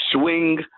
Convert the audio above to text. swing